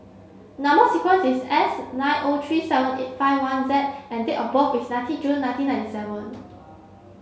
number sequence is S nine O three seven eight five one Z and date of birth is nineteen June nineteen ninety seven